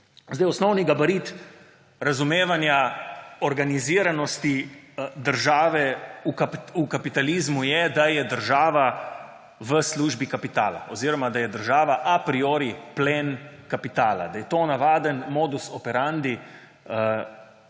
deluje. Osnovni gabarit razumevanja organiziranosti države v kapitalizmu je, da je država v službi kapitala oziroma da je država a priori plen kapitala, da je to navaden modus operandi